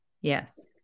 Yes